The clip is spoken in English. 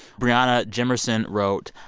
brionna jimerson wrote,